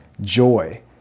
joy